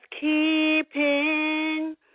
keeping